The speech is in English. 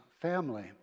family